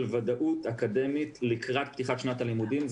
ודאות אקדמית לקראת פתיחת שנת הלימודים.